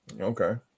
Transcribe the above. Okay